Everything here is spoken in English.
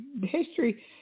History